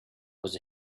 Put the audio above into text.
was